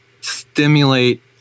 stimulate